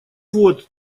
вот